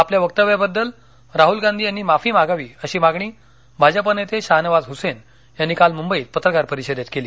आपल्या वक्तव्याबद्दल राहुल गांधी यांनी माफी मागावी अशी मागणी भाजपा नेते शाह नवाज हुसेन यांनी काल मुंबईत पत्रकार परिषदेत केली